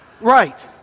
Right